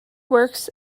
works